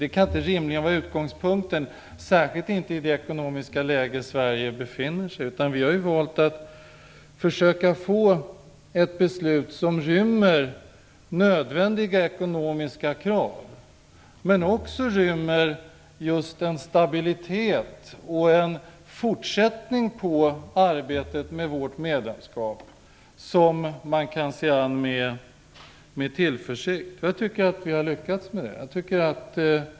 Det kan inte rimligen vara utgångspunkten, särskilt inte i det ekonomiska läge Sverige befinner sig. Vi har valt att försöka få ett beslut som rymmer nödvändiga ekonomiska krav men också en stabilitet och en fortsättning på arbetet med vårt medlemskap som man kan se an med tillförsikt. Jag tycker att vi har lyckats med det.